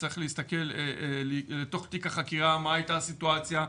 צריך להסתכל לתוך תיק החקירה: מה הייתה הסיטואציה,